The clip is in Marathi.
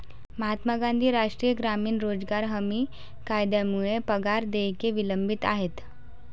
महात्मा गांधी राष्ट्रीय ग्रामीण रोजगार हमी कायद्यामुळे पगार देयके विलंबित आहेत